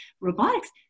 Robotics